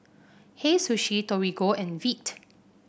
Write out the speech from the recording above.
Hei Sushi Torigo and Veet